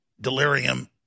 delirium